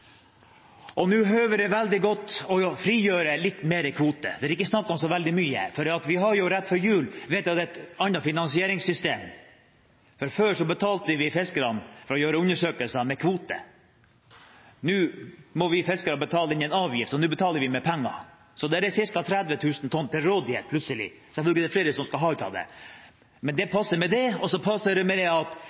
Nå høver det veldig godt å frigjøre litt mer kvote, men det er ikke snakk om så veldig mye. Rett før jul vedtok vi et annet finansieringssystem. Før betalte vi fiskerne for å gjøre undersøkelser med kvote. Nå må vi fiskere betale inn en avgift, så nå betaler vi med penger. Så plutselig er det ca. 30 000 tonn til rådighet, selv om det er flere som skal ha av dette. Det passer også ved at det står veldig bra til med